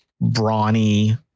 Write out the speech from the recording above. brawny